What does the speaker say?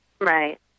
Right